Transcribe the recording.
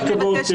כל הכבוד.